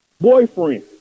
boyfriend